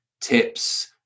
tips